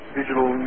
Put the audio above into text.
digital